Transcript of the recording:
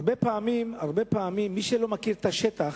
הרבה פעמים, מי שלא מכירים את השטח,